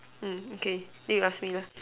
mm okay then you ask me lah